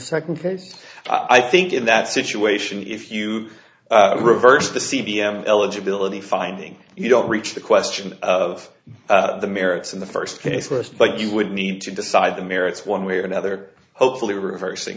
second case i think in that situation if you reverse the c p m eligibility finding you don't reach the question of the merits in the first case first but you would need to decide the merits one way or another hopefully reversing